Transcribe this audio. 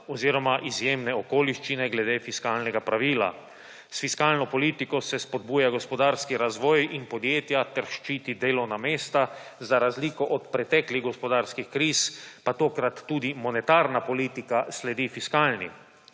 oziroma izjemne okoliščine glede fiskalnega pravila. S fiskalno politiko se spodbuja gospodarski razvoj in podjetja ter ščiti delovna mesta, za razliko od preteklih gospodarskih kriz pa tokrat tudi monetarna politika sledi fiskalni.